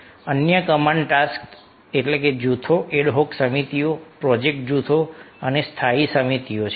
અન્ય command task જૂથો ad hoc સમિતિઓ પ્રોજેક્ટ જૂથો અને સ્થાયી સમિતિઓ છે